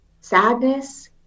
sadness